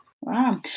Wow